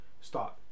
start